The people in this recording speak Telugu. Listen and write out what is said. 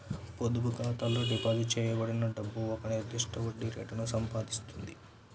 పొదుపు ఖాతాలో డిపాజిట్ చేయబడిన డబ్బు ఒక నిర్దిష్ట వడ్డీ రేటును సంపాదిస్తుంది